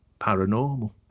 paranormal